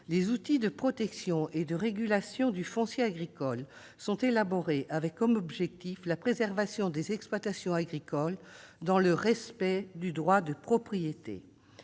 Les outils de protection et de régulation du foncier agricole sont élaborés aux fins de préserver les exploitations agricoles dans le respect du droit de propriété.